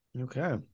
Okay